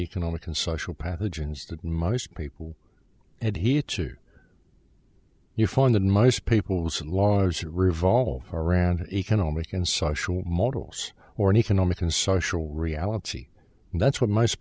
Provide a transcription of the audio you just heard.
economic and social pathogens that most people and he had to your fund than most people's laws revolve around economic and social models or an economic and social reality and that's what most